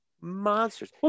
monsters